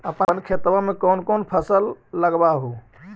अपन खेतबा मे कौन कौन फसल लगबा हू?